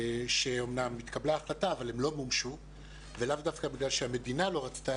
שאמנם התקבלה החלטה אבל הם לא מומשו ולאו דווקא בגלל שהמדינה לא רצתה,